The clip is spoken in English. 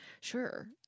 sure